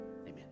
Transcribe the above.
Amen